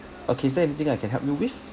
okay is there anything I can help you with